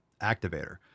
activator